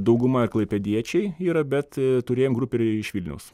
dauguma klaipėdiečiai yra bet turėjom grupę ir iš vilniaus